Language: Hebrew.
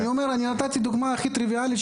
אני נתתי את הדוגמה הכי טריוויאלית,